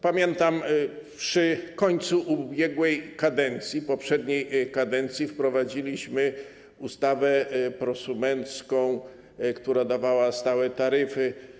Pamiętam, przy końcu ubiegłej, poprzedniej kadencji wprowadziliśmy ustawę prosumencką, która dawała stałe taryfy.